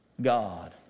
God